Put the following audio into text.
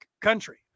country